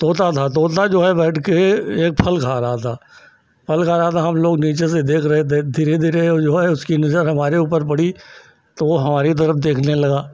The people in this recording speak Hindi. तोता था तोता जो है बैठ कर एक फल खा रहा था फल खा रहा था हम लोग जो है नीचे से उसको देख रहे थे धीरे धीरे जो है उसकी नज़र हमारे ऊपर पड़ी तो वह हमारी तरफ़ देखने लगा